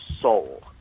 soul